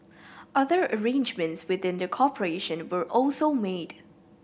other arrangements within the corporation were also made